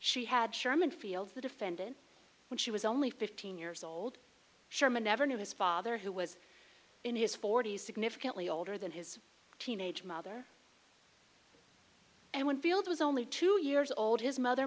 she had sherman fields the defendant when she was only fifteen years old sherman never knew his father who was in his forties significantly older than his teenage mother and winfield was only two years old his mother